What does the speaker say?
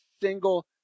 single